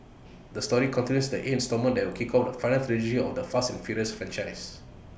the story continues in the eight instalment that will kick off the final trilogy of the fast and furious franchise